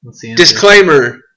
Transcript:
Disclaimer